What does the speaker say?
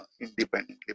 independently